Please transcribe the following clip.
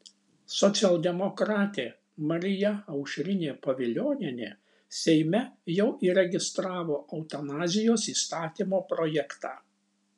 socialdemokratė marija aušrinė pavilionienė seime jau įregistravo eutanazijos įstatymo projektą